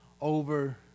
over